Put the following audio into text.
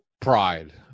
pride